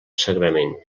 sagrament